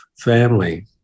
family